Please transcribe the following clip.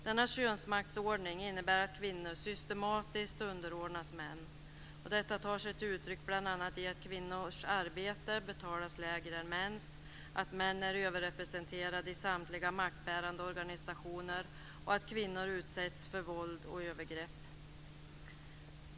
Denna könsmaktsordning innebär att kvinnor systematiskt underordnas män. Detta tar sig uttryck bl.a. i att kvinnors arbete betalas lägre än mäns, att män är överrepresenterade i samtliga maktbärande organisationer och att kvinnor utsätts för våld och övergrepp.